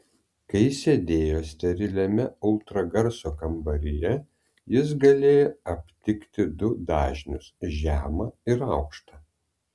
kai sėdėjo steriliame ultragarso kambaryje jis galėjo aptikti du dažnius žemą ir aukštą